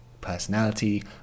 personality